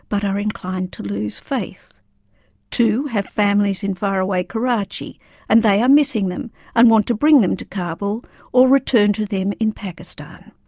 but are inclined to lose faith two have families in far away karachi and they are missing them and want to bring them to kabul or return to them in pakistan.